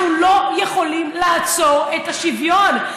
אנחנו לא יכולים לעצור את השוויון,